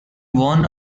won